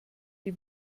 die